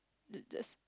j~ just